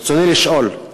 רצוני לשאול: